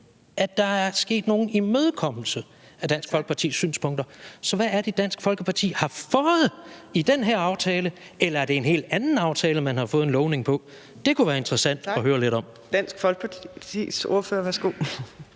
at der er sket nogen imødekommelse af Dansk Folkepartis synspunkter. Så hvad er det, Dansk Folkeparti har fået i den her aftale? Eller er det en helt anden aftale, man har fået en lovning på? Det kunne være interessant at høre lidt om. Kl. 15:57 Fjerde